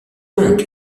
donc